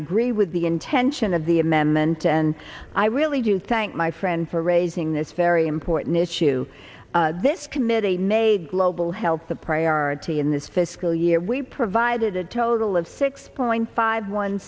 agree with the intention of the amendment and i really do thank my friend for raising this very important issue this committee made global health the priority in this fiscal year we provided a total of six point five one